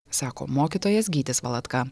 sako mokytojas gytis valatka